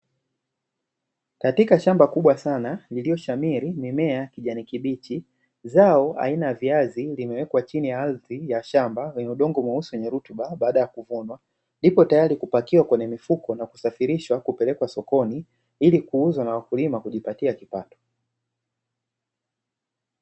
Katika shamba kubwa sana lililoshamiri mimea ya kijani kibichi, zao aina ya viazi limewekwa chini ya ardhi ya shamba lenye udongo mweusi wenye rutuba baada ya kuvunwa. Lipo tayari kupakiwa kwenye mifuko na kusafirishwa kupelekwa sokoni ili kuuzwa na wakulima kujipatia kipato.